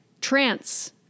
trance